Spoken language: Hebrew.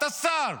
אתה שר,